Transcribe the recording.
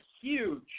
huge